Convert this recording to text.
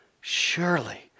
Surely